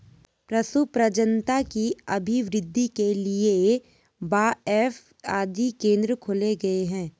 पशु प्रजननता की अभिवृद्धि के लिए बाएफ आदि केंद्र खोले गए हैं